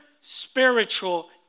spiritual